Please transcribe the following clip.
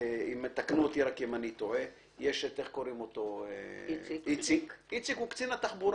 אתה מעמיד אותו בנושאי בטיחות